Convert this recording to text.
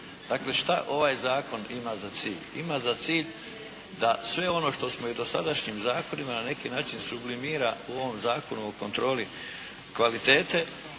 Dakle šta ovaj zakon ima za cilj? Ima za cilj da sve ono što smo i u dosadašnjim zakonima na neki način sublimira u ovom Zakonu o kontroli kvalitete,